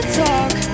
talk